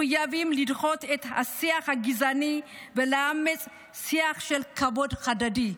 מחויבים לדחות את השיח הגזעני ולאמץ שיח של כבוד הדדי,